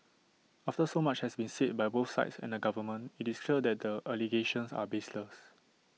after so much has been said by both sides and the government IT is clear that the allegations are baseless